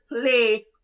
play